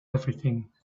everything